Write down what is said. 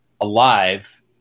alive